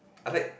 I like